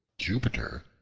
jupiter,